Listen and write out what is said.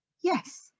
Yes